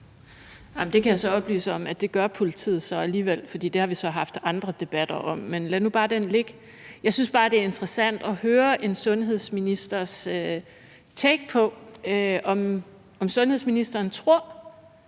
Det kan jeg oplyse om at politiet så gør alligevel. Det har vi haft andre debatter om, men lad nu bare den ligge. Jeg synes bare, at det er interessant at høre en sundhedsministers take på, om sundhedsministeren tror,